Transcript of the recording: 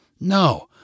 No